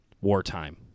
wartime